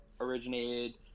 originated